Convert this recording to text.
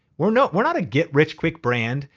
we're not we're not a get rich quick brand.